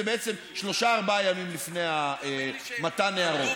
בעצם שלושה-ארבעה ימים לפני מתן הערות?